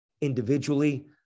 Individually